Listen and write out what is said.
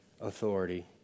authority